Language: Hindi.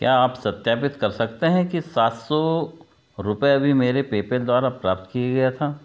क्या आप सत्यापित कर सकते हैं कि सात सौ रुपये अभी मेरे पेपैल द्वारा प्राप्त किया गया था